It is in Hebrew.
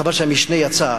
חבל שהמשנה יצא,